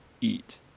eat